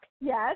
Yes